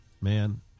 man